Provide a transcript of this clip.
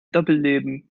doppelleben